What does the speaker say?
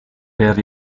per